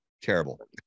terrible